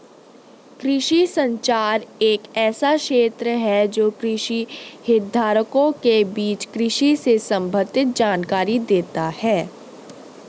कृषि संचार एक ऐसा क्षेत्र है जो कृषि हितधारकों के बीच कृषि से संबंधित जानकारी देता है